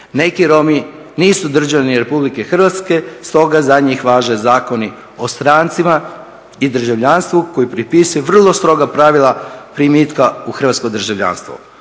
neki Romi nisu državljani Republike Hrvatske, stoga za njih važe zakoni o strancima i državljanstvu koje propisuje vrlo stroga pravila primitka u hrvatsko državljanstvo.